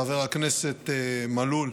חבר הכנסת מלול,